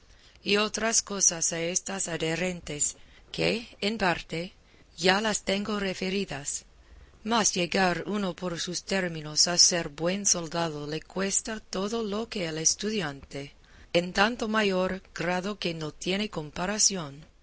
y otras cosas a éstas adherentes que en parte ya las tengo referidas mas llegar uno por sus términos a ser buen soldado le cuesta todo lo que a el estudiante en tanto mayor grado que no tiene comparación